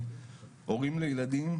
ניהלתי הוסטלים,